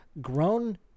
grown